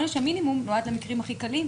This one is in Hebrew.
עונש המינימום נועד למקרים הכי קלים,